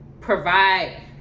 provide